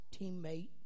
teammate